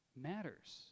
matters